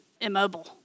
immobile